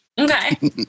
Okay